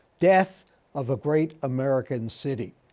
death of a great american city.